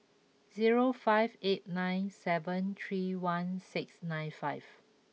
zero five eight nine seven three one six nine five